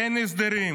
אין הסדרים.